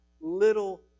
little